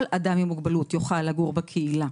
כל אדם עם מוגבלות יוכל לגור בקהילה,